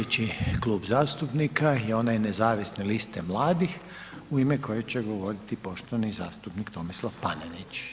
Sljedeći klub zastupnika je onaj Nezavisne liste mladih u ime koje će govoriti poštovani zastupnik Tomislav Panenić.